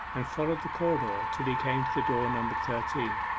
and followed the corridor till he came to the door numbered thirteen.